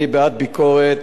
אני בעד ביקורת,